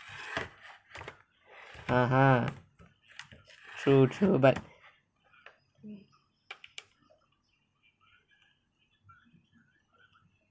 (uh huh) true true but